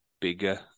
bigger